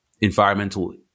environmental